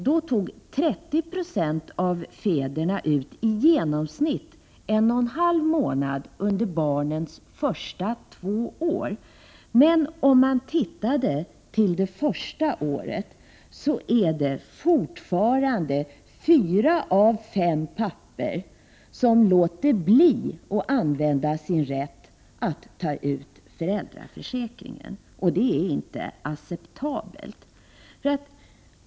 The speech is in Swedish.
Det året tog 30 90 av fäderna ut i genomsnitt en och en halv månad under barnets första två år. Under det första året är det fortfarande fyra av fem pappor som låter bli att ta ut den ledighet som föräldraförsäkringen ger rätt till, och det är inte acceptabelt.